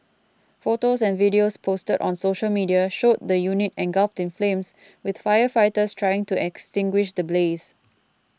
photos and videos posted on social media showed the unit engulfed in flames with firefighters trying to extinguish the blaze